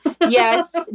Yes